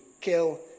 kill